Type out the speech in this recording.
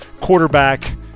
quarterback